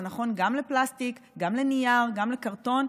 זה נכון גם לפלסטיק, גם לנייר, גם לקרטון.